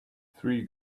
three